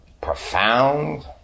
profound